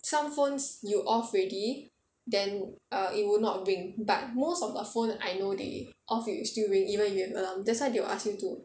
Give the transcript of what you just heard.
some phones you off already then err it will not ring but most of the phone I know they off it it still ring even if you have alarm that's why they will ask you to